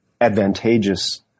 advantageous